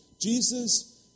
Jesus